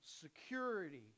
security